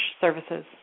services